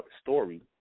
story